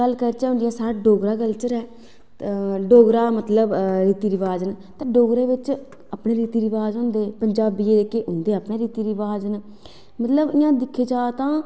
गल्ल करचै हून जियां साढ़ा डोगरा कल्चर ऐ डोगरा बिच जेह्के रीति रवाज़ न ते डोगरा मतलब अपने रीति रवाज़ होंदे ते पंजाबियें दे जेह्के अपने रीति रवाज़ होंदे मतलब हून दिक्खेआ जा तां